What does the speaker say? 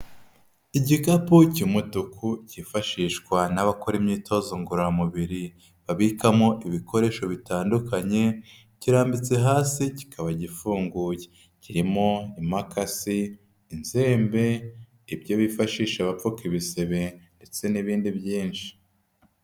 Igikapu cy'umutuku kifashishwa n'abakora imyitozo ngororamubiri, babikamo ibikoresho bitandukanye, kirambitse hasi kikaba gifunguye kirimo imakasi, inzembe, ibyo bifashisha bapfuka ibisebe ndetse n'ibindi byinshi.